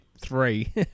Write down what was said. three